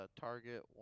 Target